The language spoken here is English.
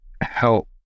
help